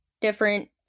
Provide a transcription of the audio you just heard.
different